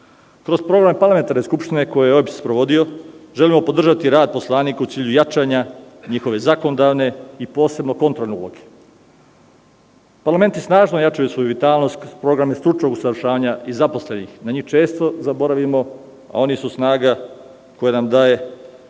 program Parlamentarne skupštine, koju je OEBS sprovodio, želimo podržati rad poslanika u cilju jačanja njihove zakonodavne i posebno kontrolne uloge. Parlamenti snažno jačaju svoju vitalnost kroz programe stručnog usavršavanja i zaposlenih. Na njih često zaboravimo, a oni su često snaga koja nam daje